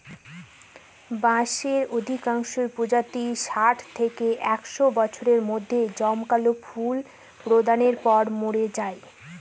বাঁশের অধিকাংশ প্রজাতিই ষাট থেকে একশ বছরের মধ্যে জমকালো ফুল প্রদানের পর মরে যায়